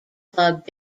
club